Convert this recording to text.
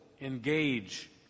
engage